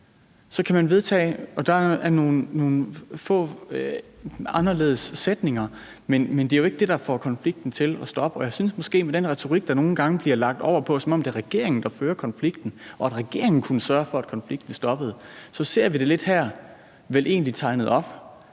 Det gør regeringen. Der er nogle få anderledes sætninger, men det er jo ikke det, der får konflikten til at stoppe. Jeg synes måske, at det med den retorik, der nogle gange bliver lagt over på os, er, som om det er regeringen, der fører konflikten, og at regeringen kunne sørge for, at konflikten stoppede. Vi ser det her tegnet op,